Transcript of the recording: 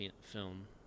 film